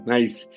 Nice